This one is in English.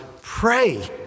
pray